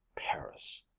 paris!